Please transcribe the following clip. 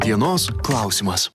dienos klausimas